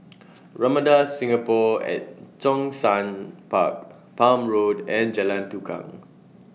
Ramada Singapore At Zhongshan Park Palm Road and Jalan Tukang